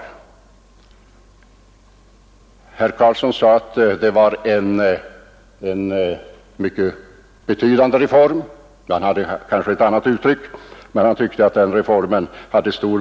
Herr Carlsson tyckte att reformen hade stor betydelse — även om han kanske använde ett annat uttryck — men att beloppen inte var stora.